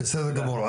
בסדר גמור.